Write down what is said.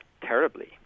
terribly